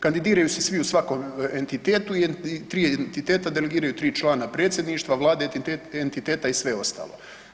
Kandidiraju se svi u svakom entitetu, tri entiteta delegiraju tri člana predsjedništava, vlade entiteta i sve ostalo.